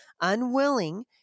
unwilling